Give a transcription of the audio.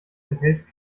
enthält